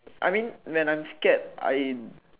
I mean when I'm scared I